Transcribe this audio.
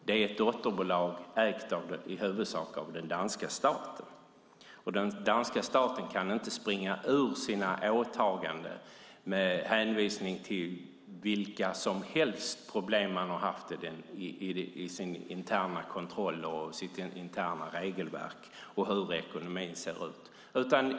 Det är ett dotterbolag i huvudsak ägt av den danska staten, och den danska staten kan inte springa ifrån sina åtaganden med hänvisning till vilka som helst problem som man har haft i sin interna kontroll, i sitt interna regelverk och hur ekonomin ser ut.